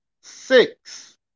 six